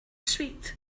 sweet